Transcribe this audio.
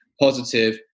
Positive